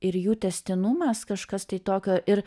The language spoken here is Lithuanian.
ir jų tęstinumas kažkas tai tokio ir